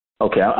Okay